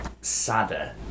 sadder